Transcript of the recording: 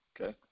okay